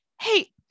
hey